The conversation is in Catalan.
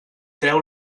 treu